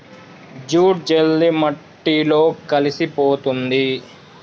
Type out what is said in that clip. jute జల్ది మట్టిలో కలిసిపోతుంది